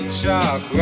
chalk